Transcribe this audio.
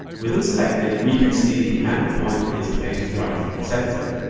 with it selected, we can see the anchor point is placed right in the center.